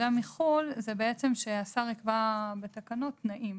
מחוץ לארץ זה שהשר יקבע בתקנות תנאים,